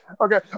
Okay